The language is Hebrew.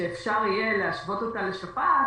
שאפשר יהיה להשוות אותה לשפעת,